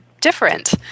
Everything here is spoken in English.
different